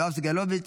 יואב סגלוביץ',